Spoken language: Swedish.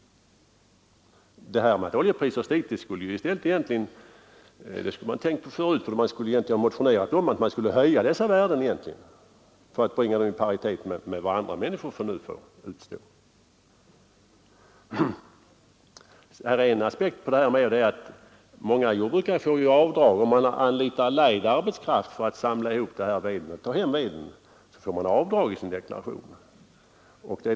Det förhållandet att oljepriserna stigit borde i stället egentligen föranleda motioner om höjning av värderingsnormerna för att bringa vedeldande skogsägares utgifter i paritet med de kostnader som andra människor har. Ytterligare en aspekt är att många jordbrukare får göra avdrag i deklarationen för kostnaden för anlitande av lejd arbetskraft som samlar ihop veden.